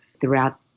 throughout